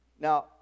Now